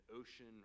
ocean